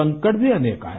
संकट भी अनेक आए